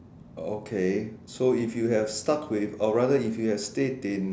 okay so if you have stuck with or rather if you have stayed in